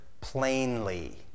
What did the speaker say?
plainly